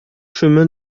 chemin